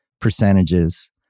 percentages